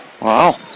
Wow